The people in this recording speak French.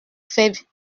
fais